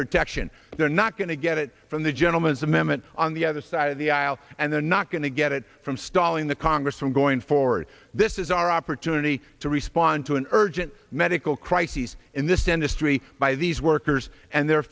protection they're not going to get it from the gentleman's amendment on the other side of the aisle and they're not going to get it from stalling the congress from going forward this is our opportunity to respond to an urgent medical crisis in this dentistry by these workers and their